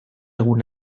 egun